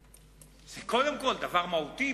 זה קודם כול דבר מהותי.